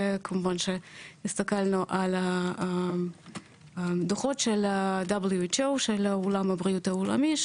וכמובן שהסתכלנו על הדוחות של ה- WHO של עולם הבריאות העולמי,